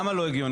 למה לא הגיוני?